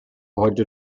heute